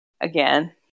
again